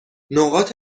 نقاط